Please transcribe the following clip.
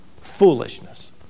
foolishness